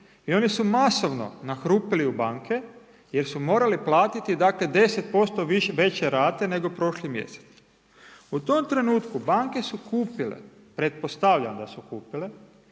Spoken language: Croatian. i oni su masovno nahrupili u banke jer su morali platiti, dakle, 10% veće rata nego prošli mjesec. U tom trenutku banke su kupile, pretpostavljam da su kupile,